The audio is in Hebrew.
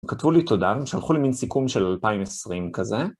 כתבו לי תודה ושלחו לי מין סיכום של 2020 כזה.